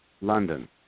London